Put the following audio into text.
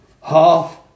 half